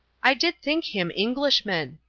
i did think him englishman.